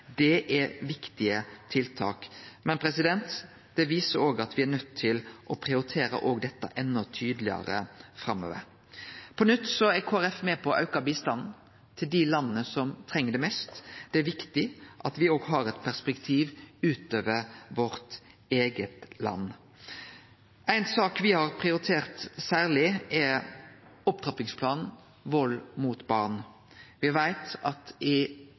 det er viktige tiltak. Men det viser òg at me er nøydde til å prioritere dette enda tydelegare framover. På nytt er Kristeleg Folkeparti med på å auke bistanden til dei landa som treng det mest. Det er viktig at me òg har eit perspektiv utover vårt eige land. Ei sak me har prioritert særleg, er opptrappingsplanen som gjeld vald mot barn. Me veit at i